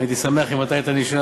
אני הייתי שמח אם אתה היית נשאר,